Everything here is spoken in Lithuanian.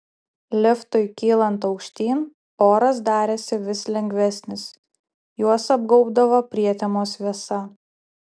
liftui kylant aukštyn oras darėsi vis lengvesnis juos apgaubdavo prietemos vėsa